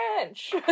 French